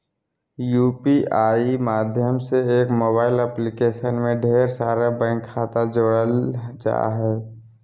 UPI माध्यम से एक मोबाइल एप्लीकेशन में ढेर सारा बैंक खाता जोड़ल जा हय